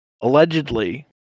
allegedly